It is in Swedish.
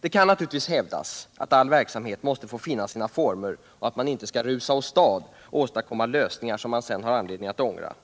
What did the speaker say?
Det kan givetvis hävdas att all verksamhet måste få finna sina former och att man inte skall rusa åstad och åstadkomma lösningar som man sedan har anledning att ångra.